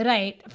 Right